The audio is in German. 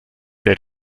der